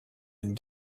and